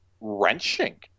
Wrenching